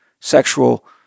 sexual